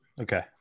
okay